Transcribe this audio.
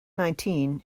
nineteen